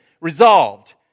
resolved